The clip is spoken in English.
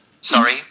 Sorry